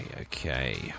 okay